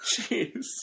jeez